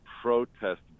protest